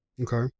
Okay